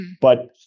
But-